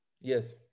Yes